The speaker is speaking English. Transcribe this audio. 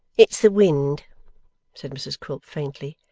it's the wind said mrs quilp, faintly.